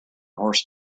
horse